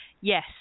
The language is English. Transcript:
Yes